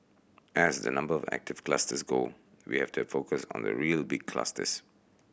as the number of active clusters go we have to focus on the real big clusters